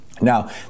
Now